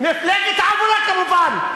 מפלגת העבודה, כמובן.